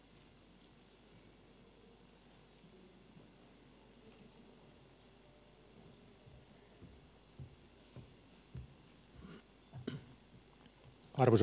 arvoisa puhemies